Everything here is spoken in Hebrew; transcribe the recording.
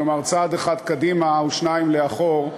כלומר צעד אחד קדימה ושניים לאחור,